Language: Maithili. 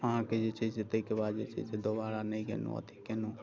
अहाँके जे छै से ताहिके बाद जे छै से दोबारा नहि गेलहुँ अथि केलहुँ